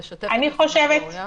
למה המילים האמורפיות האלה: